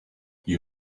you